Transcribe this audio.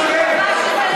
חבר הכנסת דב חנין,